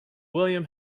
william